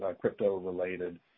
crypto-related